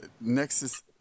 Nexus